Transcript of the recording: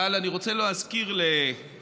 אבל אני רוצה להזכיר לעאידה